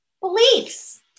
beliefs